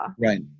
Right